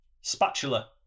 spatula